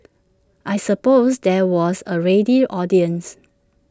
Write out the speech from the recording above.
I suppose there was A ready audience